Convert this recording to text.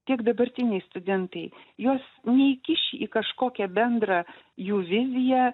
tiek dabartiniai studentai jos neįkiši į kažkokią bendrą jų viziją